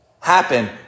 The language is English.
happen